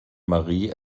marie